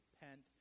repent